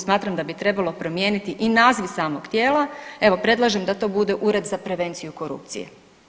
Smatram da bi trebalo promijeniti i naziv samog tijela, evo predlažem da to bude Ured za prevenciju korupcije.